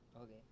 Okay